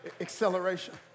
acceleration